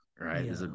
right